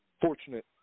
fortunate